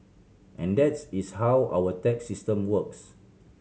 and that's is how our tax system works